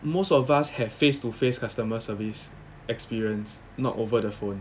most of us had face to face customer service experience not over the phone